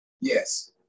Yes